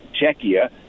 czechia